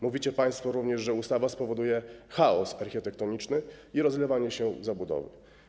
Mówicie państwo również, że ustawa spowoduje chaos architektoniczny i rozlewanie się zabudowy.